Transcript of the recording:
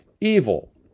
evil